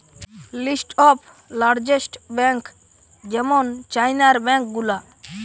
list of largest bank যেমন চাইনার bank গুলা